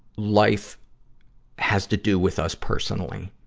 life has to do with us personally.